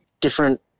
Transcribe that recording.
different